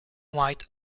white